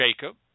Jacob